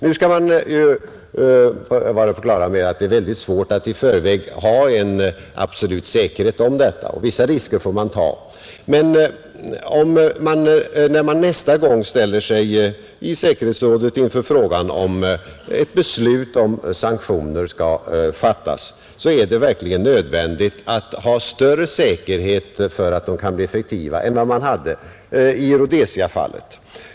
Man skall vara på det klara med att det är ytterst svårt att i förväg ha en absolut säkerhet om detta, och vissa risker får man ta. Men när man nästa gång i säkerhetsrådet står inför frågan huruvida ett beslut om sanktioner skall fattas, är det verkligen nödvändigt att ha större säkerhet för att det kan bli effektivt än vad man hade i Rhodesiafallet.